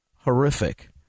horrific